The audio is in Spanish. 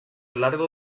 largo